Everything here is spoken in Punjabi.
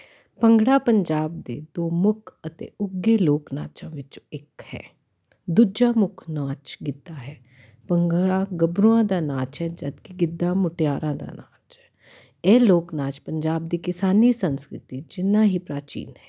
ਭੰਗੜਾ ਪੰਜਾਬ ਦੇ ਦੋ ਮੁੱਖ ਅਤੇ ਉੱਘੇ ਲੋਕ ਨਾਚਾਂ ਵਿੱਚੋਂ ਇੱਕ ਹੈ ਦੂਜਾ ਮੁੱਖ ਨਾਚ ਗਿੱਧਾ ਹੈ ਭੰਗੜਾ ਗੱਭਰੂਆਂ ਦਾ ਨਾਚ ਹੈ ਜਦਕਿ ਗਿੱਧਾ ਮੁਟਿਆਰਾਂ ਦਾ ਨਾਚ ਹੈ ਇਹ ਲੋਕ ਨਾਚ ਪੰਜਾਬ ਦੀ ਕਿਸਾਨੀ ਸੰਸਕ੍ਰਿਤੀ ਜਿੰਨਾ ਹੀ ਪ੍ਰਾਚੀਨ ਹੈ